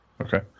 Okay